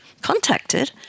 contacted